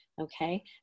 Okay